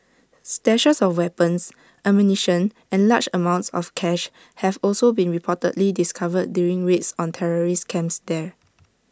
stashes of weapons ammunition and large amounts of cash have also been reportedly discovered during raids on terrorist camps there